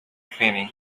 cleaning